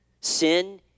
sin